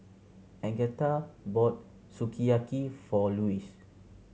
Agatha bought Sukiyaki for Lewis